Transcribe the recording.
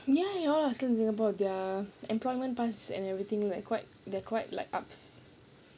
ya they are all still in singapore their employment pass and everything like quit~ they're quite like ups